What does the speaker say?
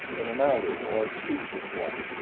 but an alu, or speechless one.